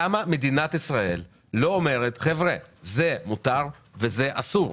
למה מדינת ישראל לא אומרת זה מותר וזה אסור?